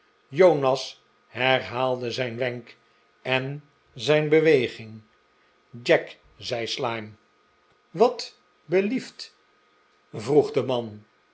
jonas herhaalde zijn wenk en zijn beweging jack zei slyme wat belieft vroeg de man